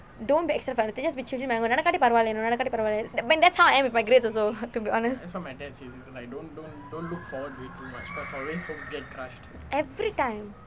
don't be excited for nothing just be chill நடக்காட்டி பரவாயில்லை நடக்காட்டி பரவாயில்லை:nadakaatti paravaayillai nadakaatti paravaayillai I mean that's how I am with my grades also to be honest every time